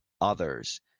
others